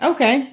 Okay